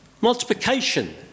Multiplication